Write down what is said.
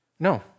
No